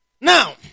Now